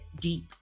deep